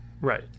Right